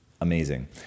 Amazing